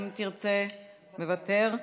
מוותר,